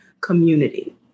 community